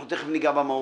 אנחנו תיכף ניגע במהות.